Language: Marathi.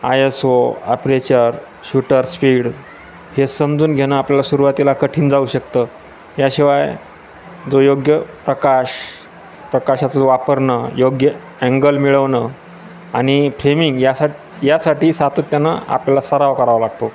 I S O aperture shutter speed हे समजून घेणं आपल्याला सुरुवातीला कठीण जाऊ शकतं याशिवाय जो योग्य प्रकाश प्रकाशाचं वापरणं योग्य अँगल मिळवणं आणि फ्लेमिंग यासाठी यासाठी सातत्यानं आपल्याला सराव करावा लागतो